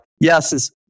yes